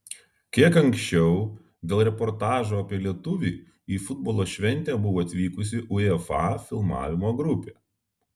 kiek anksčiau dėl reportažo apie lietuvį į futbolo šventę buvo atvykusi uefa filmavimo grupė